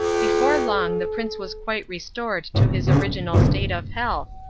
before long the prince was quite restored to his original state of health,